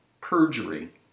perjury